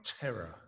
terror